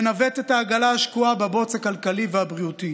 לנווט את העגלה השקועה בבוץ הכלכלי והבריאותי.